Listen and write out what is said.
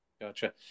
Gotcha